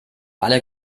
alle